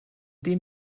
den